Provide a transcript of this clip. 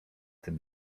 tym